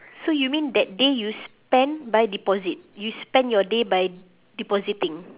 so you mean that day you spend by deposit you spend your day by depositing